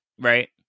right